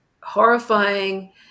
horrifying